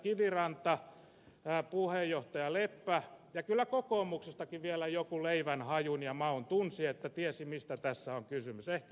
kiviranta puheenjohtaja leppä ja kyllä kokoomuksestakin vielä joku leivän hajun ja maun tunsi ja tiesi mistä tässä on kysymys ehkä ed